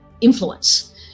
influence